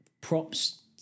props